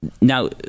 Now